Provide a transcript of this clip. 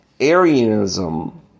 Arianism